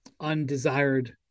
undesired